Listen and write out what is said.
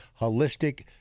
holistic